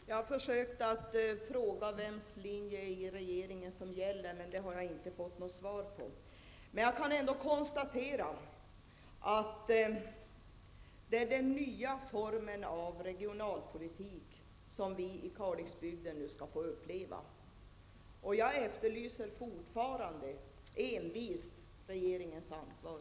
Herr talman! Jag har frågat vems linje i regeringen som gäller, men jag har inte fått något svar. Jag kan ändå konstatera att det är den nya formen av regionalpolitik som vi i Kalixbygden nu skall få uppleva. Jag efterlyser fortfarande envist regeringens ansvar.